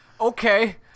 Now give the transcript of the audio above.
Okay